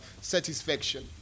satisfaction